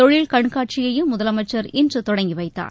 தொழில் கண்காட்சியையும் முதலமைச்சர் இன்று தொடங்கி வைத்தார்